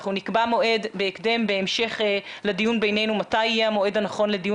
אנחנו נקבע מועד בהקדם בהמשך לדיון בינינו מתי יהיה המועד הנכון לדיון